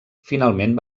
finalment